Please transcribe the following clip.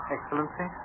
Excellency